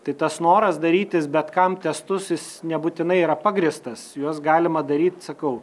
tai tas noras darytis bet kam testus jis nebūtinai yra pagrįstas juos galima daryt sakau